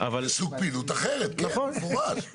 סוג פעילות אחרת, במפורש.